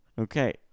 Okay